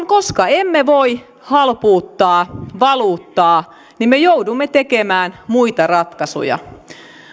koska emme voi halpuuttaa valuuttaa niin me joudumme tekemään muita ratkaisuja